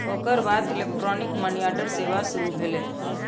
ओकर बाद electronic money order सेवा शुरू भेलै